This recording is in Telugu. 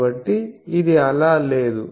కాబట్టి ఇది అలా లేదు